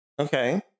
Okay